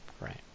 Right